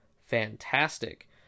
fantastic